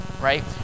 right